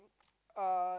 uh